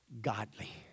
godly